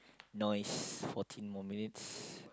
nice forty more minutes